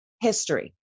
history